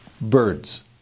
birds